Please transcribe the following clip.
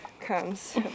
comes